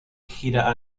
gira